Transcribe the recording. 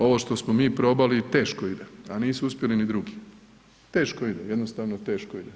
Ovo što smo mi probali teško ide, a nisu uspjeli ni drugi, teško ide, jednostavno teško ide.